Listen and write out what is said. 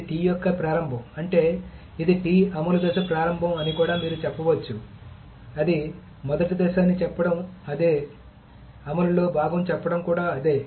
ఇది T యొక్క ప్రారంభం అంటే ఇది T అమలు దశ ప్రారంభం అని కూడా మీరు చెప్పవచ్చు అది మొదటి దశ అని చెప్పడం అదే అమలులో భాగం చెప్పడం కూడా అదే